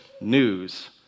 news